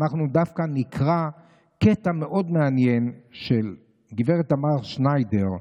אנחנו דווקא נקרא קטע מאוד מעניין של גב' תמר שניידר,